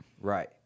Right